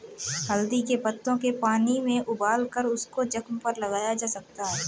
हल्दी के पत्तों के पानी में उबालकर उसको जख्म पर लगाया जा सकता है